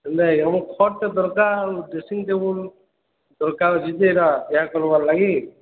ହେଲେ ଆମର ଖଟଟେ ଦରକାର ଆଉ ଡ୍ରେସିଂ ଟେବୁଲ୍ ଦରକାର ଅଛି ଯେ ଏଇଟା ବିଭାଘର ଲାଗି